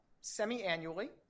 semi-annually